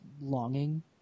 longing